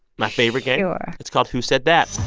my favorite game? sure it's called who said that